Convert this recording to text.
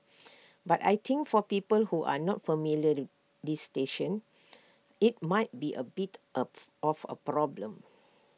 but I think for people who are not familiar this station IT might be A bit up of A problem